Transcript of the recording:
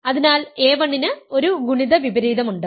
അതിനാൽ a1 ന് ഒരു ഗുണിത വിപരീതമുണ്ട്